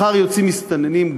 גם מחר יוצאים מסתננים,